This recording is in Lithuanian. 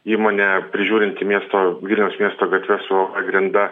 įmonę prižiūrinti miesto vilniaus miesto gatves u a b grinda